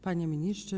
Panie Ministrze!